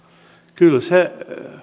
kyllä se